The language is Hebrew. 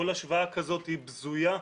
כל השוואה כזאת היא בזויה,